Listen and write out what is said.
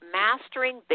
mastering